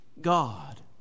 God